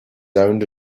owned